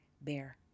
bear